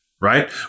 Right